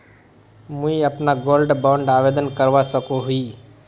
मुई अपना gold bond आवेदन करवा सकोहो ही?